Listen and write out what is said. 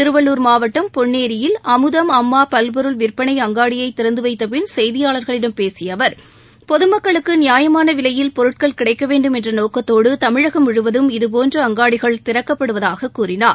திருவள்ளூர் மாவட்டம் பொன்னோயில் அமுதம் அம்மா பல்பொருள் விற்பனை அங்காடியை திறந்து வைத்த பின் செய்தியாளா்களிடம் பேசிய அவா் பொதுமக்களுக்கு நியாயமான விலையில் பொருட்கள் கிடைக்க வேண்டும் என்ற நோக்கத்தோடு தமிழகம் முழுவதும் இதபோன்ற அங்காடிகள் திறக்கப்படுவதாகக் கூறினார்